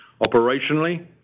Operationally